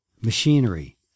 machinery